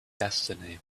destiny